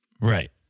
Right